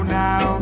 now